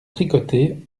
tricoter